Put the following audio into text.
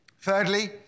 Thirdly